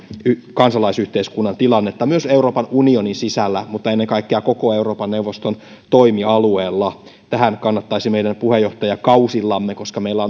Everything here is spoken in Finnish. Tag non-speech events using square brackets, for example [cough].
kansalaisyhteiskunnan tilannetta myös euroopan unionin sisällä mutta ennen kaikkea koko euroopan neuvoston toimialueella tähän kannattaisi meidän puheenjohtajakausillamme koska meillä [unintelligible]